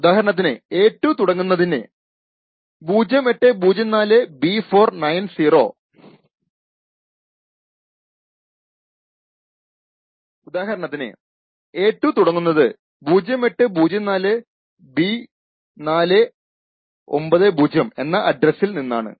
ഉദാഹരണത്തിന് a2 തുടങ്ങുന്നത് 0804B490 എന്ന അഡ്രസ്സിൽ നിന്നാണ്